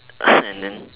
and then